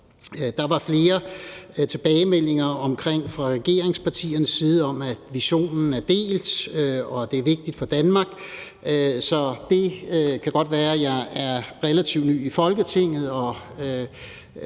Der var flere tilbagemeldinger fra regeringspartiernes side om, at visionen er delt, og at det er vigtigt for Danmark. Det kan godt være, at jeg er relativt ny i Folketinget